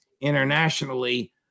internationally